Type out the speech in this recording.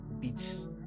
beats